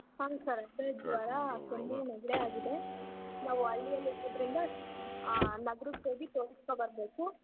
ಆ ಸರ್ ಅದೇ ಜ್ವರ ಕೆಮ್ಮು ಆಗಿದೆ ನಾವು ಹಳ್ಳಿಯಲ್ಲಿರೋದರಿಂದ ನಗರಕ್ಕೆ ಹೋಗಿ ತೋರ್ಸ್ಕೋಬರಬೇಕು